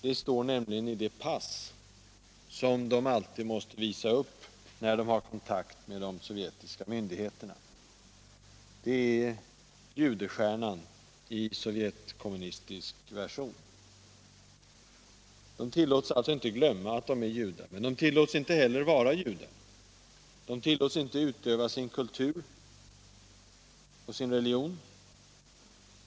Det står nämligen i det pass som de alltid måste visa upp när de har kontakt med de sovjetiska myndigheterna. Det är judestjärnan i sovjetkommunistisk version. De tillåts alltså inte glömma att de är judar, men de får inte heller vara judar. De tillåts inte utöva sin kultur och sin religion.